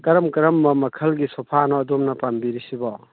ꯀꯔꯝ ꯀꯔꯝꯕ ꯃꯈꯜꯒꯤ ꯁꯣꯐꯥꯅꯣ ꯑꯗꯣꯝꯅ ꯄꯥꯝꯕꯤꯔꯤꯁꯤꯕꯣ